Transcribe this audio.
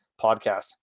podcast